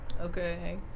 Okay